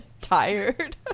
tired